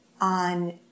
on